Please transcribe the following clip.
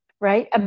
right